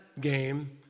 game